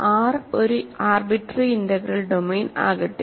R ഒരു arbitrary integral domain ആകട്ടെ